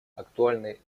актуальной